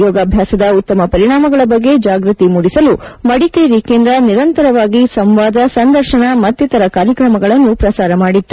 ಯೋಗಾಭ್ಯಾಸದ ಉತ್ತಮ ಪರಿಣಾಮಗಳ ಬಗ್ಗೆ ಜಾಗೃತಿ ಮೂಡಿಸಲು ಮಡಿಕೇರಿ ಕೇಂದ್ರ ನಿರಂತರವಾಗಿ ಸಂವಾದ ಸಂದರ್ಶನ ಮತ್ತಿತರ ಕಾರ್ಯಕ್ರಮಗಳನ್ನು ಪ್ರಸಾರ ಮಾಡಿತ್ತು